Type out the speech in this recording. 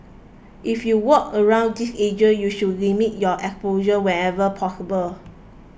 if you work around these agents you should limit your exposure whenever possible